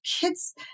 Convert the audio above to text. kids